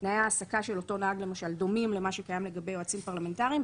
תנאי ההעסקה של אותו נהג למשל דומים למה שקיים לגבי יועצים פרלמנטריים,